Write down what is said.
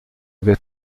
vais